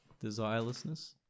Desirelessness